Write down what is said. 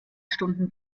stunden